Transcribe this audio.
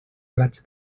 raig